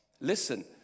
listen